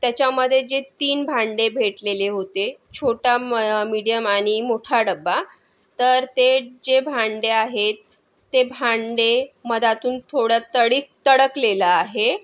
त्याच्यामध्ये जे तीन भांडे भेटलेले होते छोटा म मिडीयम आणि मोठा डबा तर ते जे भांडे आहेत ते भांडे मधातून थोडं तडी तडकलेलं आहे